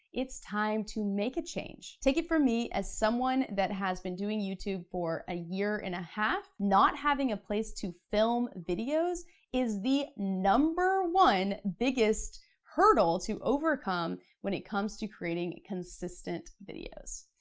it's time to make a change. take it from me as someone that has been doing youtube for a year and a half, not having a place to film videos is the number one biggest hurdle to overcome when it comes to creating consistent videos.